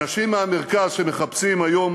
אנשים מהמרכז שמחפשים היום